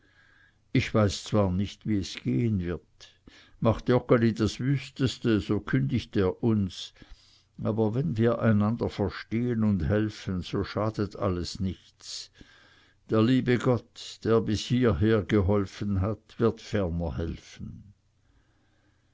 ich weiß zwar nicht wie es gehen wird macht joggeli das wüsteste so kündigt er uns aber wenn wir einander verstehen und helfen so schadet alles nichts der liebe gott der bis hierher geholfen hat wird ferner helfen